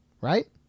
right